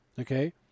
Okay